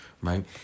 right